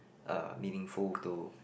uh meaningful to